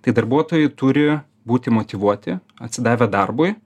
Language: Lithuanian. tai darbuotojai turi būti motyvuoti atsidavę darbui